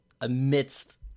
amidst